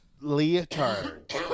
leotard